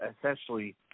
essentially